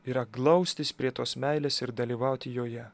yra glaustis prie tos meilės ir dalyvauti joje